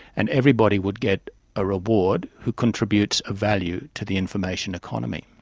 and everybody would get a reward who contributes a value to the information economy.